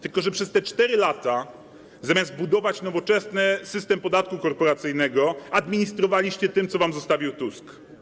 Tylko że przez te 4 lata, zamiast budować nowoczesny system podatku korporacyjnego administrowaliście tym, co wam zostawił Tusk.